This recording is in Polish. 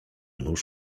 nóź